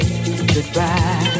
Goodbye